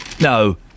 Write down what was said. no